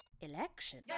Election